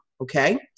Okay